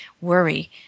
worry